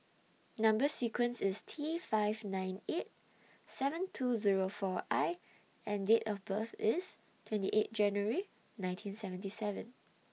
Number sequence IS T five nine eight seven two Zero four I and Date of birth IS twenty eight January nineteen seventy seven